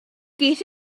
get